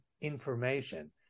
information